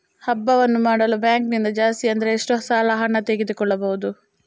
ಹಬ್ಬವನ್ನು ಮಾಡಲು ಬ್ಯಾಂಕ್ ನಿಂದ ಜಾಸ್ತಿ ಅಂದ್ರೆ ಎಷ್ಟು ಸಾಲ ಹಣ ತೆಗೆದುಕೊಳ್ಳಬಹುದು?